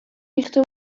ریخته